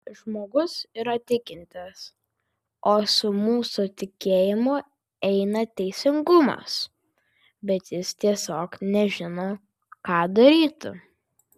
žmogus yra tikintis o su mūsų tikėjimu eina teisingumas bet jis tiesiog nežino ką daryti